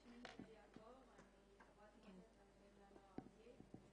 אני חברת מועצת התלמידים ונוער הארצית,